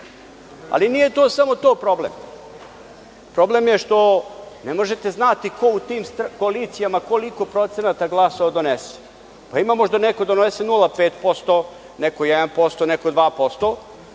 Ali nije to samo to problem. Problem je što ne možete znati ko u tim koalicijama koliko procenata glasova donese. Ima možda neko donese 0,5%, neko 1%, neko 2%